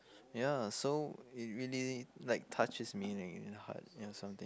ya so it really like touches me in the heart or something